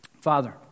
Father